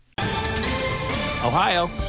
Ohio